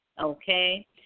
okay